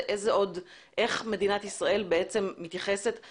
איך מדינת ישראל מתייחסת לזה?